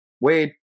Wade